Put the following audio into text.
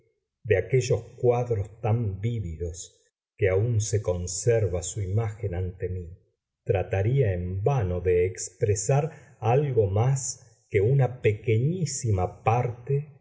de aquellos cuadros tan vívidos que aun se conserva su imagen ante mí trataría en vano de expresar algo más que una pequeñísima parte